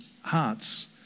hearts